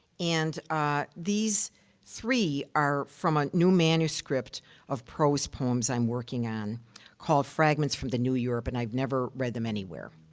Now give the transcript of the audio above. and these three are from a new manuscript of prose poems i'm working on called fragments from the new europe, and i've never read them anywhere.